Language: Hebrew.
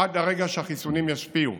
עד הרגע שהחיסונים ישפיעו,